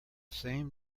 same